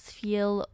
feel